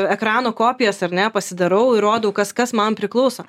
ekrano kopijas ar ne pasidarau ir rodau kas kas man priklauso